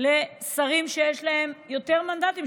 לשרים שיש להם יותר מנדטים,